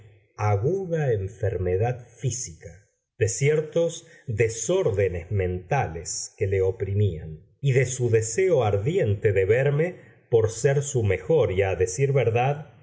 aguda enfermedad física de ciertos desórdenes mentales que le oprimían y de su deseo ardiente de verme por ser su mejor y a decir verdad